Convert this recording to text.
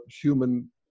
human